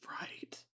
Right